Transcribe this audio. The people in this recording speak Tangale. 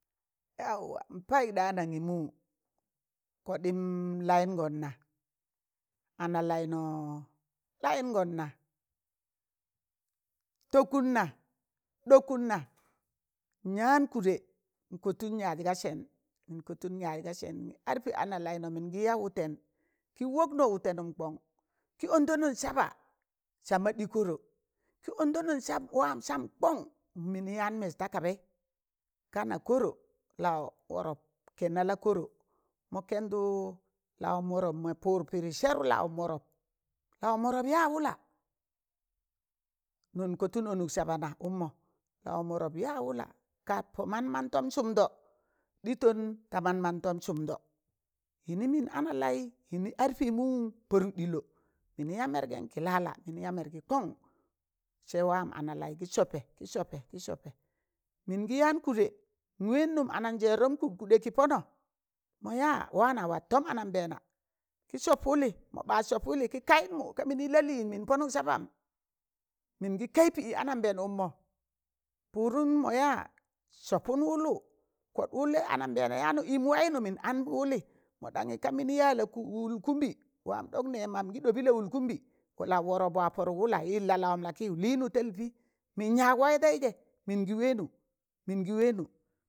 Yauwa n payụk ɗa anangịmụ kọɗịm layịngọn na, ana laịnọ layịngọnna takụnna, ɗọkụnna, n yaan kụdẹ, n kọtụm yaaz ga sẹn, n kọtụm yaaz ga sẹn n ad pị ana laịnọ mịna ya wụtẹn, kị wapnọ wụtẹnụm kọn, kị ondanọn saba, sama ɗii koro wan sam kọn, mịnị yaan mẹs tọ kabẹị kana korọ lawọm wọrọp kẹnna la kọrọ, mọ kẹndụ lawaọm wọrọp kẹnna la kọrọ mọ kẹndụ lawam wọrọp mọ pụd pịdị sẹk lawan wọrọp lawọn wọrọp ya wula, nụn kọtụn ọnụk sabana ụkmọ lawan wọrọp yaa wụla ka po man mantọm sụmdọ yịnịn yịn ana laị yịnị ad pị mụ pọdụk ɗịlọ, mịnị ya mẹrgẹn kị lala mịnị ya mergẹ kọn, sẹ wam ana laị kị sopẹ kị sopẹ kị sopẹ mịn gi yaan kụdẹ, n wẹẹn nụm ananjẹẹrọm kụ kụɗẹ kị pọnọ mọ ya waanọ wat tọm anambẹẹna kị sọp wụlị mọ ba sọp wụlị, kị kayụd mụ kaa mịnị la lịịn mịn pọnụk sabam mịn gị kaị pị anambẹẹn, ụkmọ pụdụm mọ ya sọpụn wụlwụ, kọd wụlai anambẹẹna ya nu ịm waịnụ mịn an wụlị, mọ ɗanyị ga mịnị yaa lalaụkụmbị wan ɗọk nẹ mamụ kị ɗobị la wụlkụmbị lauwọrop wọ yaaz wụla yịl lọ lawọn la kịwụ lịịnụ talpị, mịn yag waị taịzẹ mịngị wẹẹnụ, mingi wẹẹnu.